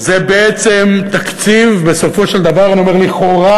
זה בעצם תקציב בסופו של דבר, אני אומר לכאורה,